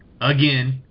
again